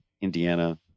Indiana